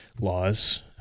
laws